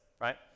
right